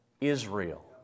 Israel